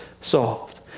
solved